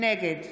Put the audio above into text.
נגד